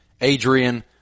Adrian